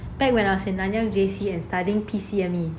back when I was in nanyang J_C and studying P_C_M_E